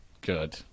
Good